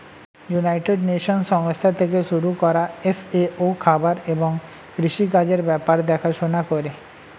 United Nations সংস্থা থেকে শুরু করা এফ.এ.ও খাবার এবং কৃষি কাজের ব্যাপার দেখাশোনা করে